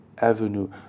avenue